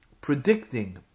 predicting